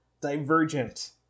divergent